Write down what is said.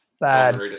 Bad